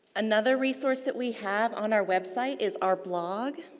another resource that we have on our website is our blog.